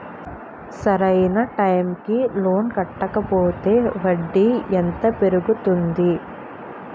సరి అయినా టైం కి లోన్ కట్టకపోతే వడ్డీ ఎంత పెరుగుతుంది?